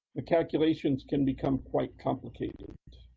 the calculations can become quite complicated.